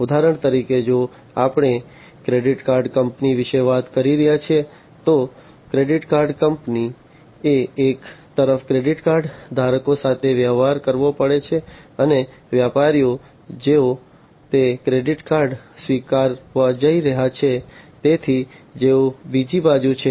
ઉદાહરણ તરીકે જો આપણે ક્રેડિટ કાર્ડ કંપની વિશે વાત કરી રહ્યા છીએ તો ક્રેડિટ કાર્ડ કંપનીએ એક તરફ ક્રેડિટ કાર્ડ ધારકો સાથે વ્યવહાર કરવો પડે છે અને વેપારીઓ જેઓ તે ક્રેડિટ કાર્ડ્સ સ્વીકારવા જઈ રહ્યા છે તેથી જેઓ બીજી બાજુ છે